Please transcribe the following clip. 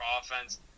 offense